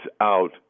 out